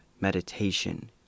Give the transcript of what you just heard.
Meditation